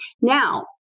Now